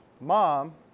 mom